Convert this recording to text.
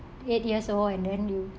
eight years old and then you